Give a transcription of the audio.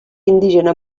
indígena